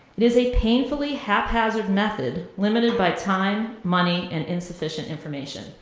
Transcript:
it is a painfully haphazard method, limited by time, money, and insufficient information.